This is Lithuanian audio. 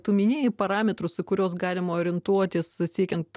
tu minėjai parametrus į kuriuos galima orientuotis siekiant